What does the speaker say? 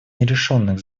нерешенных